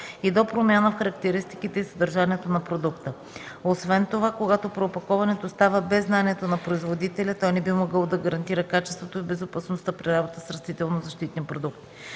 и до промяна в характеристиките и съдържанието на продукта. Освен това, когато преопаковането става без знанието на производителя, той не би могъл да гарантира качеството и безопасността при работа с растителнозащитни продукти.